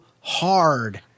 hard